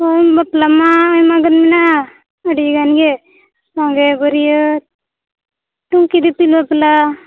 ᱚ ᱵᱟᱯᱞᱟ ᱢᱟ ᱟᱭᱢᱟᱜᱟᱱ ᱢᱮᱱᱟᱜᱼᱟ ᱟᱹᱰᱤ ᱜᱟᱱ ᱜᱮ ᱥᱟᱸᱜᱮ ᱵᱟᱹᱨᱭᱟᱹᱛ ᱴᱩᱝᱠᱤ ᱫᱤᱯᱤᱞ ᱵᱟᱯᱞᱟ